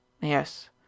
Yes